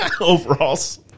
Overalls